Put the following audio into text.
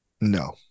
No